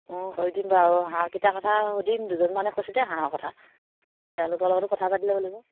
অঁ কৈ দিম বাৰু হাঁহকেইটা কথা সুধিম দুজনমানে কৈছিলে হাঁহৰ কথা তেওঁলোকৰ লগতো কথা পাতি ল'ব লাগিব